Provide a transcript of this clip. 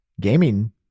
gaming